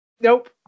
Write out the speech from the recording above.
Nope